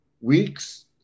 weeks